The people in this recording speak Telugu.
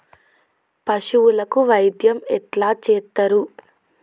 పశువులకు వైద్యం ఎట్లా చేత్తరు?